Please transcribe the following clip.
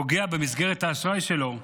פוגעת במסגרת האשראי שלו.